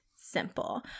simple